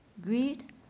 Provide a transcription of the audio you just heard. greed